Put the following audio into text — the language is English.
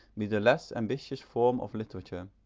be the less ambitious form of literature.